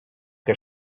què